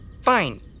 Fine